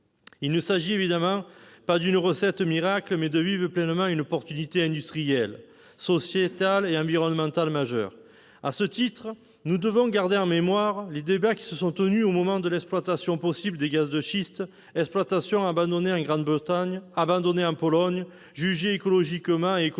Il s'agit évidemment non de fournir une recette miracle, mais de vivre pleinement une opportunité industrielle, sociétale et environnementale majeure. À ce titre, nous devons garder en mémoire les débats qui se sont tenus au moment de l'exploitation possible des gaz de schiste, exploitation abandonnée en Grande-Bretagne, abandonnée en Pologne, jugée écologiquement et économiquement